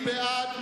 מי בעד?